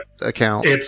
account